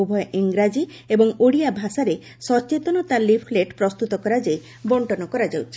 ଉଭୟ ଇଂରାକୀ ଏବଂ ଓଡ଼ିଆ ଭାଷାରେ ସଚେତନତା ଲିଫ୍ଲେଟ ପ୍ରସ୍ତୁତ କରାଯାଇ ବଣ୍ଟନ କରାଯାଉଛି